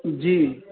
जी